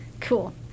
Cool